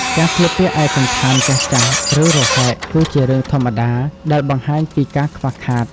ការស្លៀកពាក់ឯកសណ្ឋានចាស់ៗ ឬរហែក គឺជារឿងធម្មតា ដែលបង្ហាញពីការខ្វះខាត។